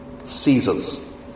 Caesars